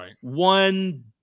one